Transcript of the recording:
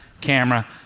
camera